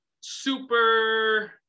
Super